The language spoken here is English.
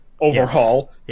Overhaul